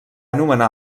nomenar